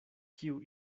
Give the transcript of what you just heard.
kiu